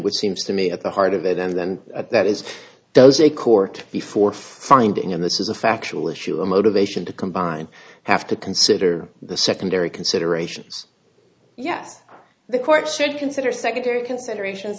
which seems to me at the heart of it and then that is does a court before finding and this is a factual issue a motivation to combine have to consider the secondary considerations yes the court should consider secondary consideration